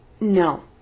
No